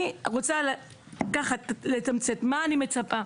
אני רוצה לתמצת מה אני מצפה.